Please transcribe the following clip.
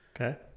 Okay